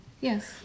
Yes